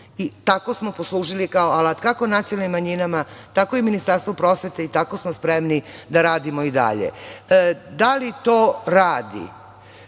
tako smo poslužili kao alat kako nacionalnim manjinama, tako i Ministarstvu prosvete i tako smo spremni da radimo i dalje. Da li to radi